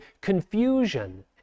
confusion